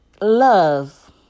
Love